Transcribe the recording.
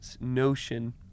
notion